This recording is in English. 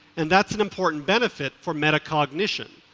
and that's an important benefit for meta-cognition.